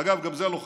אגב, גם זה לא חדש.